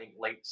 late